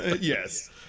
Yes